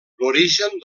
l’origen